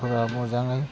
फोरा मोजाङै